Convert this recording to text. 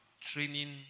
training